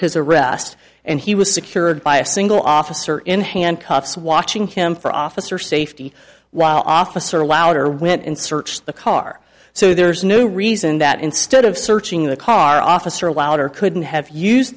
his arrest and he was secured by a single officer in handcuffs watching him for officer safety while officer lauder went and searched the car so there is no reason that instead of searching the car officer allowed or couldn't have use